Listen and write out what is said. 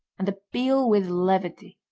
and appeal with levity.